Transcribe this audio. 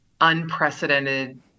unprecedented